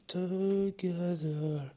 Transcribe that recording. together